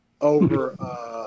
over –